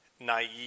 naive